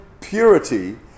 purity